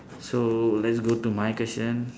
so let's go to my question